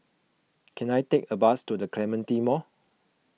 can I take a bus to the Clementi Mall